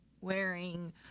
wearing